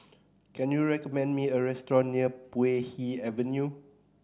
can you recommend me a restaurant near Puay Hee Avenue